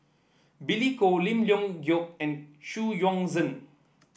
Billy Koh Lim Leong Geok and Xu Yuan Zhen